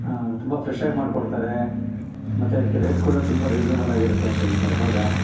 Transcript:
ತುಂಬ ಫ್ರೆಶ್ಶಾಗಿ ಮಾಡಿಕೊಡ್ತಾರೆ ಮತ್ತೆ ರೇಟ್ ಕೂಡ ತುಂಬ ರಿಸನೇಬಲ್ ಆಗಿರುತ್ತೆ ಅಂತ ಹೇಳ್ತಾರೆ ಹೌದಾ